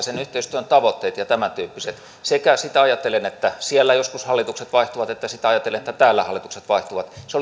sen yhteistyön tavoitteet ja tämäntyyppiset sekä sitä ajatellen että siellä joskus hallitukset vaihtuvat että sitä ajatellen että täällä hallitukset vaihtuvat se